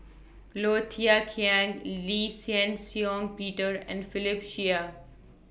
Low Thia Khiang Lee Shih Shiong Peter and Philip Chia